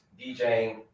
DJing